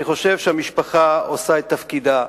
אני חושב שהמשפחה עושה את תפקידה,